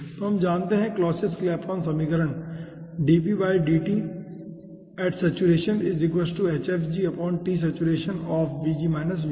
तो हम जानते हैं कि क्लॉसियस क्लैपेरॉन समीकरण कहता है